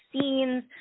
scenes